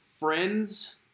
Friends